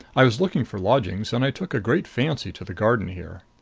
i was looking for lodgings and i took a great fancy to the garden here.